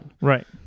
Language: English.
Right